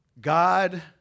God